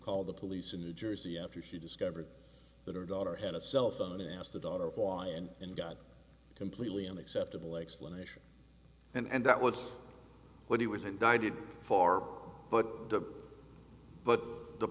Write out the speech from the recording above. called the police in new jersey after she discovered that her daughter had a cell phone and asked the daughter why and and got completely unacceptable explanation and that was what he was indicted for but the